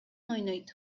ойнойт